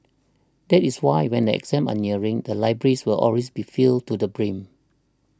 that is why when the exams are nearing the libraries will always be filled to the brim